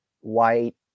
white